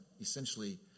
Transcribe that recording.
essentially